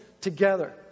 together